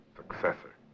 successor